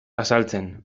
azaltzen